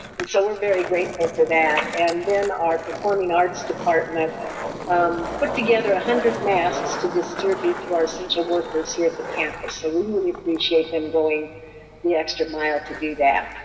and so we're very grateful for that. and then our performing arts department put together one ah hundred masks to distribute to our central workers here at the campus, so we really appreciate them going the extra mile to do that.